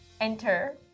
Enter